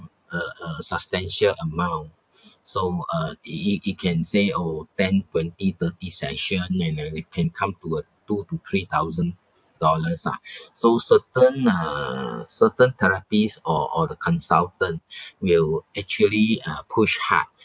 a a substantial amount so uh it it it can say oh ten twenty thirty session and then it can come to uh two to three thousand dollars ah so certain uh certain therapists or or the consultant will actually uh push hard